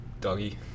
doggy